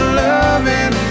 loving